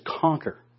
conquer